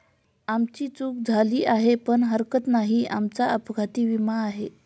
आमची चूक झाली आहे पण हरकत नाही, आमचा अपघाती विमा आहे